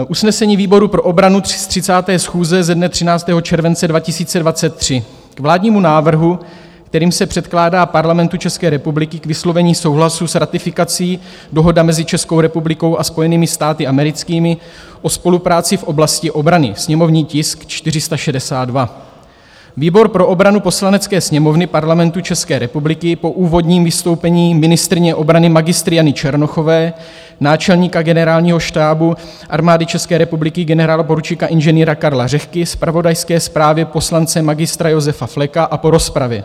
Usnesení výboru pro obranu z 30. schůze ze dne 13. července 2023 k vládnímu návrhu, kterým se předkládá Parlamentu České republiky k vyslovení souhlasu s ratifikací Dohoda mezi Českou republikou a Spojenými státy americkými o spolupráci v oblasti obrany, sněmovní tisk 462: Výbor pro obranu Poslanecké sněmovny Parlamentu České republiky po úvodním vystoupení ministryně obrany Mgr. Jany Černochové, náčelníka Generálního štábu Armády České republiky generálporučíka Ing. Karla Řehky, zpravodajské zprávě poslance Mgr. Josefa Fleka a po rozpravě